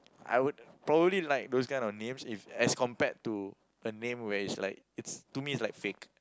I would probably like those kind of names if as compared to the name where is like is to me is like fake